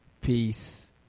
Peace